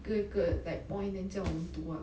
一个一个 like point then 叫我们读 lah